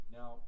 Now